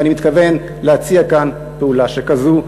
ואני מתכוון להציע כאן פעולה שכזו,